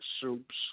soups